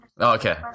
Okay